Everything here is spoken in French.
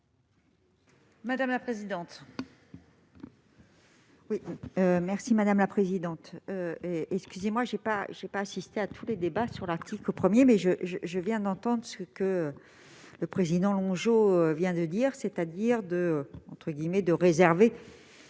madame la présidente,